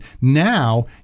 Now